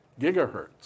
gigahertz